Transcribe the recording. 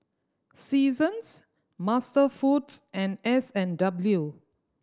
Seasons MasterFoods and S and W